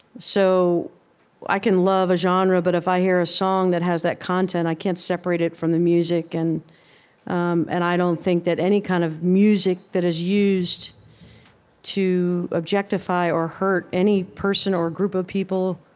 so i can love a genre, but if i hear a song that has that content, i can't separate it from the music. and um and i don't think that any kind of music that is used to objectify or hurt any person or group of people,